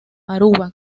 aruba